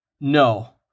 No